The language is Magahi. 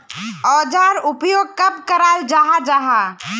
औजार उपयोग कब कराल जाहा जाहा?